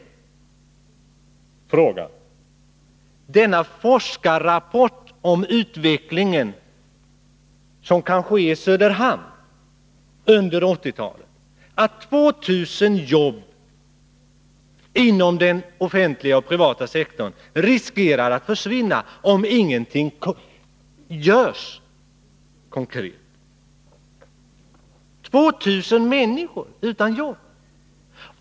Jag talade om forskarrapporten om den utveckling som kanske kommer att äga rum i Söderhamn under 1980-talet, att 2 000 jobb inom den offentliga och privata sektorn riskerar att försvinna om ingenting konkret görs — 2 000 människor utan jobb!